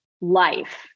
life